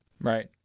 Right